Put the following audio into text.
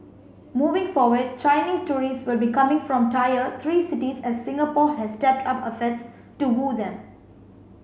moving forward Chinese tourists will be coming from tier three cities as Singapore has stepped up efforts to woo them